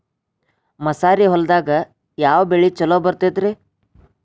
ಮಸಾರಿ ಹೊಲದಾಗ ಯಾವ ಬೆಳಿ ಛಲೋ ಬರತೈತ್ರೇ?